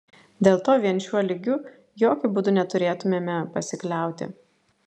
dėl to vien šiuo lygiu jokiu būdu neturėtumėme pasikliauti